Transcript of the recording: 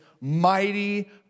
mighty